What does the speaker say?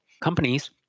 companies